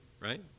right